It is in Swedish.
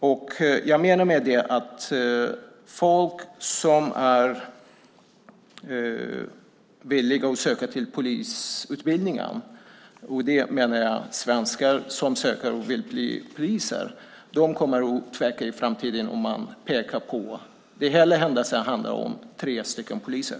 Med det menar jag att folk som är villiga att söka till polisutbildningen - svenskar som söker och vill bli poliser - kommer att tveka i framtiden. Denna händelse handlar om tre poliser.